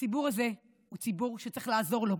הציבור הזה הוא ציבור שצריך לעזור לו,